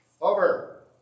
over